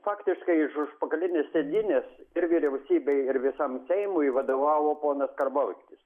faktiškai iš užpakalinės sėdynės ir vyriausybei ir visam seimui vadovavo ponas karbauskis